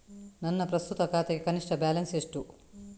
ನನ್ನ ಪ್ರಸ್ತುತ ಖಾತೆಗೆ ಕನಿಷ್ಠ ಬ್ಯಾಲೆನ್ಸ್ ಎಷ್ಟು?